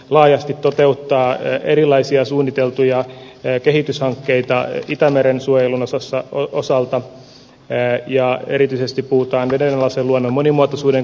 laajasti toteuttaa erilaisia suunniteltuja eekehityshankkeita itämeren suojelun osassa on osaltaan ne ja erityisesti puhutaan vedenalaisen luonnon monimuotoisuuden